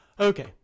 Okay